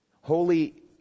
Holy